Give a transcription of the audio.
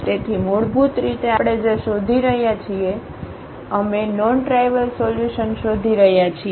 તેથી મૂળભૂત રીતે આપણે જે શોધી રહ્યા છીએ અમે નોન ટ્રાઇવલ સોલ્યુશન શોધી રહ્યા છીએ